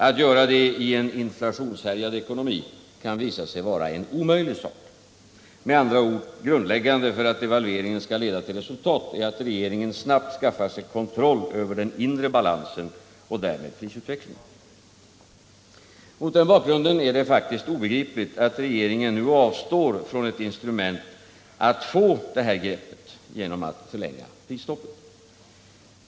Att göra det i en inflationshärjad ekonomi kan visa sig vara omöjligt. Med andra ord, grundläggande för att devalveringen skall leda till resultat är att regeringen snabbt skaffar sig kontroll över den inre balansen och därmed över prisutvecklingen. Mot den bakgrunden är det faktiskt obegripligt att regeringen nu avstår från ett instrument att få det här greppet, dvs. en förlängning av prisstoppet.